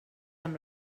amb